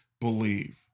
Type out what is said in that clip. believe